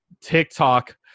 tiktok